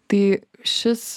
tai šis